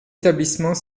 établissements